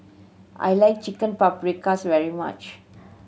I like Chicken Paprikas very much